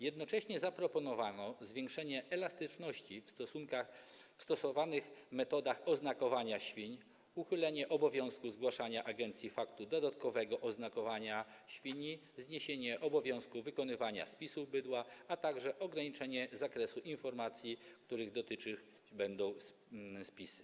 Jednocześnie zaproponowano zwiększenie elastyczności, jeśli chodzi o stosowane metody oznakowania świń, uchylenie obowiązku zgłaszania agencji faktu dodatkowego oznakowania świni, zniesienie obowiązku wykonywania spisów bydła, a także ograniczenie zakresu informacji, których dotyczyć będą spisy.